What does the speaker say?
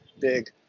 big